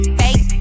fake